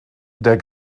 der